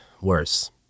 worse